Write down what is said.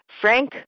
Frank